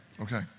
Okay